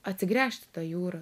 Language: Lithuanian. atsigręžt į tą jūrą